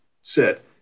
sit